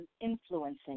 influencing